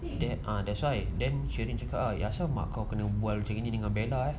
ah then that's why then sheryn cakap asal mak kau pernah bual macam ni dengan bella eh